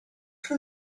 for